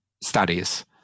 studies